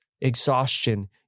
exhaustion